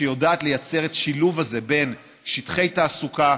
שיודעת לייצר את השילוב הזה בין שטחי תעסוקה,